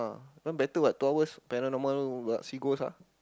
one better what two hours paranormal what see ghost ah